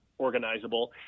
organizable